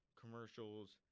commercials